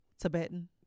Tibetan